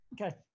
okay